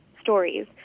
stories